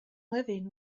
living